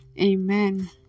Amen